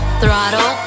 throttle